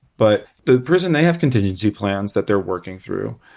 but the prison, they have contingency plans that they're working through,